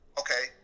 okay